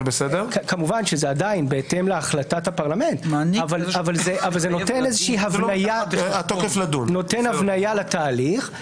כמובן זה עדיין בהתאם להחלטת הפרלמנט אבל נותן הבניה לתהליך,